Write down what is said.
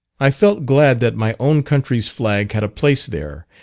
i felt glad that my own country's flag had a place there,